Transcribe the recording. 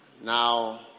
Now